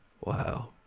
Wow